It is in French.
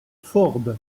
ford